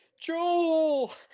Joel